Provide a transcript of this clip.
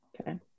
Okay